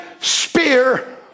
spear